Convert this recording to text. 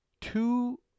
two